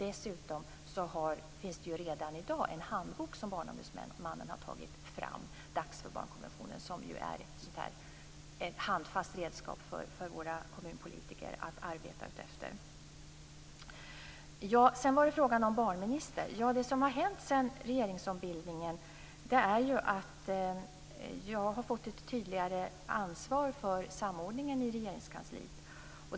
Dessutom finns det redan i dag en handbok som Barnombudsmannen har tagit fram, Dags för barnkonventionen, som är ett handfast redskap för våra kommunpolitiker att arbeta efter. Sedan var det frågan om barnminister. Det som har hänt sedan regeringsombildningen är att jag har fått ett tydligare ansvar för samordningen i Regeringskansliet.